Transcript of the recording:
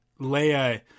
Leia